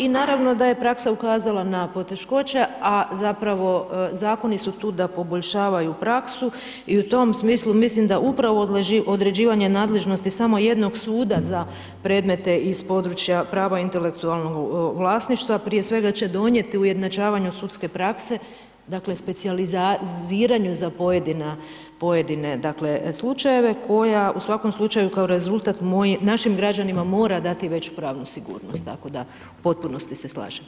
I naravno da je praksa ukazala na poteškoće, a zapravo zakoni su tu da poboljšavaju praksu i u tom smislu, mislim da upravo određivanje nadležnosti, samo jednog suda za predmete iz područja prava intelektualnog vlasništva, prije svega će donijeti ujednačavanje sudske prakse, dakle, specijaliziranju za pojedine slučajeve, koja u svakom slučaju kao rezultat našim građanima mora dati veću pravnu sigurnost, tako da u potpunosti se slažem.